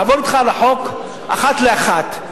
לעבור אתך על החוק אחת לאחת.